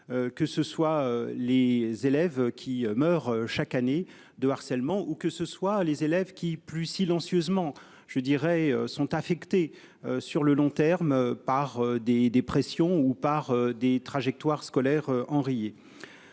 Que ce soit les élèves qui meurent chaque année de harcèlement ou que ce soit les élèves qui plus silencieusement je dirais sont affectés sur le long terme par des des pressions ou par des trajectoires scolaires enrayer.